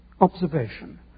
observation